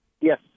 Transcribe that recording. Yes